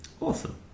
awesome